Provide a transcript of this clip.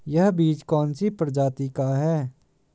यह बीज कौन सी प्रजाति का है?